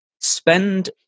spend